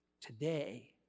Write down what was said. today